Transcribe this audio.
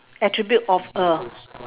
attribute of a